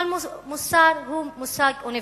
אבל מוסר הוא מושג אוניברסלי.